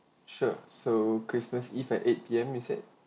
sure so christmas eve at eight P_M is it